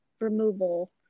removal